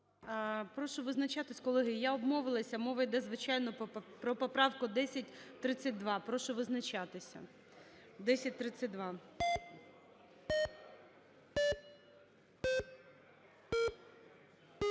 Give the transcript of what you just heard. Прошу визначатись, колеги. Я обмовилась, мова йде звичайно про поправку 1032, прошу визначатися. 1032.